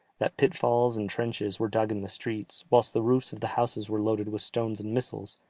that pitfalls and trenches were dug in the streets, whilst the roofs of the houses were loaded with stones and missiles,